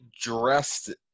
dressed